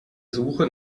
suche